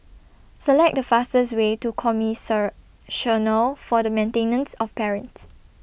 Select The fastest Way to For The Maintenance of Parents